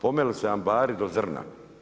Pomeli se ambari do zrna.